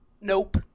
Nope